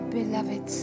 beloved